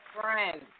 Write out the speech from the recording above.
friends